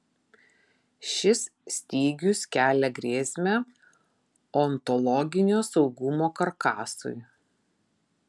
šis stygius kelia grėsmę ontologinio saugumo karkasui